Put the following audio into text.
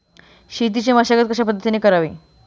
शेतीची मशागत कशापद्धतीने करावी?